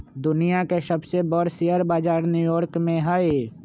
दुनिया के सबसे बर शेयर बजार न्यू यॉर्क में हई